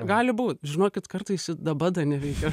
gali būt žinokit kartais i daba da neveikia